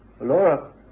laura